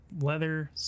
leather